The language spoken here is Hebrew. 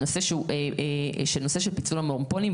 הנושא של פיצול המונופולים,